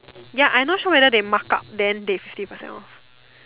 ya I not sure whether they mark up then they fifty percent off